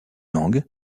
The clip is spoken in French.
langues